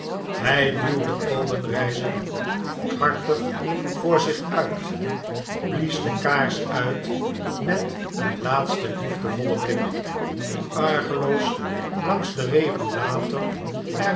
hij duwde obenreizer goedhartig voor zich uit blies de kaars uit met een laatsten liefdevollen blik die argeloos langs den regulator